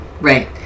right